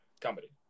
Comedy